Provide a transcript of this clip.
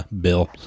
Bill